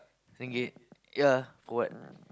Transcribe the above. ringgit ya for what